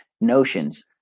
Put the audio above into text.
notions